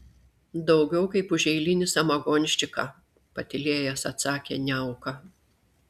daugiau kaip už eilinį samagonščiką patylėjęs atsakė niauka